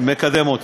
מקדם אותה.